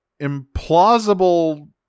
implausible